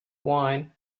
wine